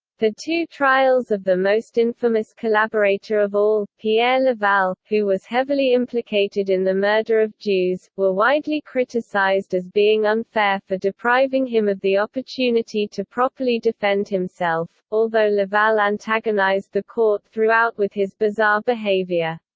the two trials of the most infamous collaborator of all, pierre laval, who was heavily implicated in the murder of jews, were widely criticised as being unfair for depriving him of the opportunity to properly defend himself, although laval antagonized the court throughout with his bizarre behavior.